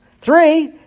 Three